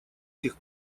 сих